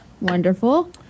wonderful